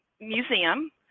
museum